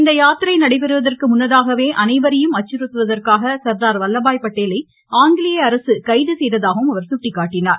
இந்த யாத்திரை நடைபெறுவதற்கு முன்னதாகவே அனைவரையும் அச்சுறுத்துவதற்காக சர்தார் வல்லபாய் பட்டேலை ஆங்கிலேய அரசு கைது செய்ததாகவும் அவர் சுட்டிக்காட்டினார்